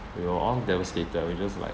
we were all devastated we just like